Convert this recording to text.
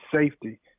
safety